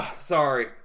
sorry